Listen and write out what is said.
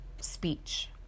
speech